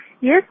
Yes